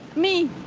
me!